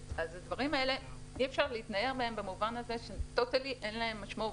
אז אי אפשר להתנער מהדברים האלה במובן הזה שטוטאלית אין להם משמעות,